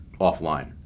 offline